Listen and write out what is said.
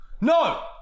No